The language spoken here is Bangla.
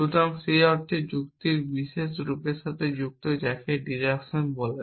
সুতরাং সেই অর্থে যুক্তির বিশেষ রূপের সাথে যুক্ত যাকে ডিডাকশন বলে